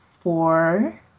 four